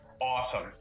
awesome